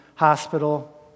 hospital